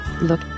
look